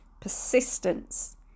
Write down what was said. persistence